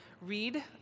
read